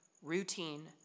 Routine